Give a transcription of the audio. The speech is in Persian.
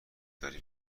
داری